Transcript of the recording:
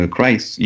Christ